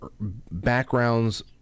backgrounds